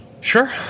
Sure